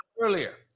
earlier